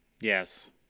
Yes